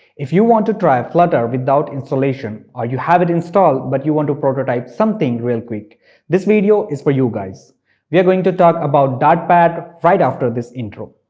if you want to try a flutter without installation or you have it installed but you want to prototype something real quick this video is for you guys we are going to talk about dartpad right after this intro